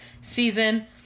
season